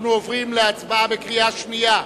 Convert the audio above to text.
אנחנו עוברים להצבעה בקריאה שנייה.